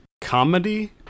Comedy